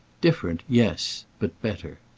different yes. but better!